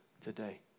today